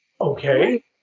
Okay